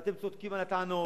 ואתם צודקים לגבי הטענות,